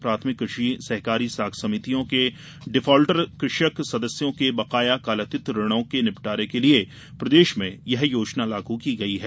प्राथमिक कृषि सहकारी साख समितियों के डिफाल्टर कृषक सदस्यों र्क बकाया कालातीत ऋणों के निपटारे के लिए प्रदेश में यह योजना लागू की गई है